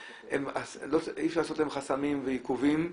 אי אפשר לעשות להם חסמים ועיכובים.